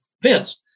Vince